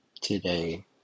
today